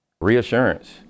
Reassurance